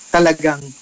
Talagang